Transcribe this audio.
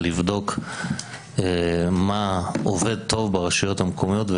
ולבדוק מה עובד טוב ברשויות המקומיות,